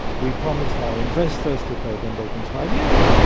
we promised our investors to pay them back in five years,